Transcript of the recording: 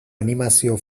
animazio